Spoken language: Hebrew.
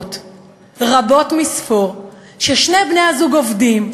משפחות רבות מספור שבהן שני בני-הזוג עובדים,